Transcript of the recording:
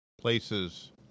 places